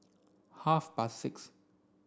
half past six